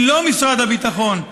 היא לא משרד הביטחון.